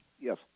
Yes